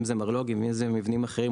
אם זה מרלו"גים או אם זה מבנים אחרים.